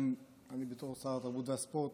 גם אני, בתור שר התרבות והספורט,